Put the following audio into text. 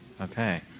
Okay